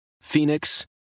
Phoenix